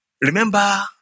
remember